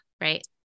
right